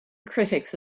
critics